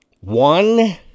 one